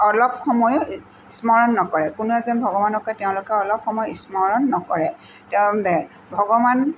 অলপ সময় স্মৰণ নকৰে কোনো এজন ভগৱানকে তেওঁলোকে অলপ সময় স্মৰণ নকৰে তেওঁ ভগৱান